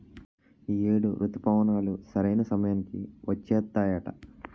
ఈ ఏడు రుతుపవనాలు సరైన సమయానికి వచ్చేత్తాయట